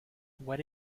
where